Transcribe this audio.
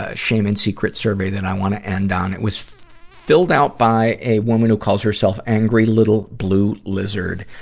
ah shame and secret survey that i wanna end on. it was filled out by a woman who calls herself angry little blue lizard.